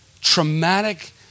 traumatic